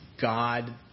God